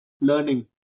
learning